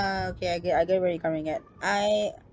okay I get I get where you coming at I